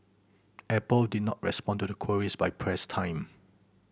Apple did not respond to queries by press time